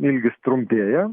ilgis trumpėja